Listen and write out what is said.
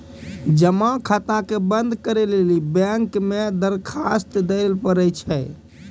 जमा खाता के बंद करै लेली बैंक मे दरखास्त देवै लय परै छै